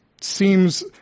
seems